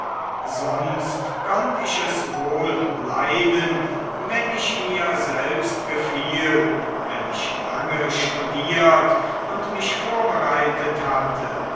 sonst konnt ich es wohl leiden wenn ich mir selbst gefiel wenn ich lange studiert und mich vorbereitet hatte